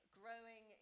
growing